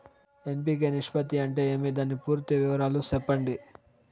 NPK నిష్పత్తి అంటే ఏమి దాని పూర్తి వివరాలు సెప్పండి?